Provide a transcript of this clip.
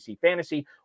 Fantasy